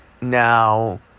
Now